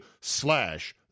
slash